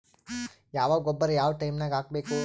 ಯಾವ ಗೊಬ್ಬರ ಯಾವ ಟೈಮ್ ನಾಗ ಹಾಕಬೇಕು?